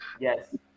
Yes